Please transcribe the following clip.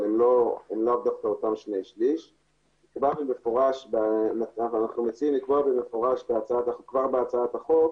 הם לא דווקא אותם 2/3 אנחנו מציעים לקבוע במפורש בהצעת החוק